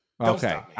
Okay